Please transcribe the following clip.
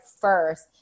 first